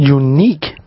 unique